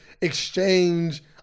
exchange